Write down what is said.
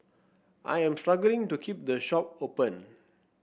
I am struggling to keep the shop open